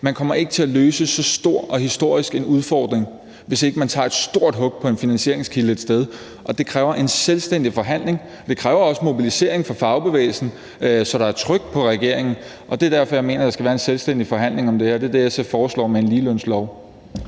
ikke kommer til at løse så stor og historisk en udfordring, hvis ikke man tager et stort hug på en finansieringskilde et sted, og det kræver en selvstændig forhandling. Men det kræver også en mobilisering fra fagbevægelsen, så der er et tryk på regeringen, og det er derfor, jeg mener, at der skal være en selvstændig forhandling om det her, og det er det, som SF foreslår med en ligelønslov.